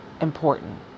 important